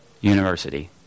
university